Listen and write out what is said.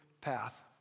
path